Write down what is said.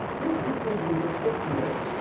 this decedent was fifty eight.